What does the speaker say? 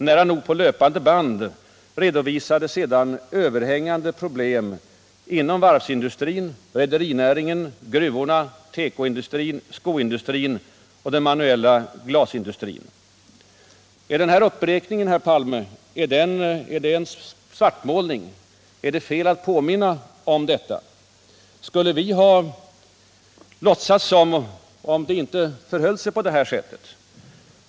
Nära nog på löpande band redovisades sedan överhängande problem inom varvsindustrin, rederinäringen, gruvorna, tekoindustrin, skoindustrin och den manuella glasindustrin. Är den här uppräkningen en svartmålning, herr Palme? Är det fel att påminna om detta? Skulle vi ha låtsats som om det inte förhöll sig på det här sättet?